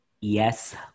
yes